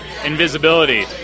Invisibility